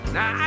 Now